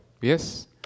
Yes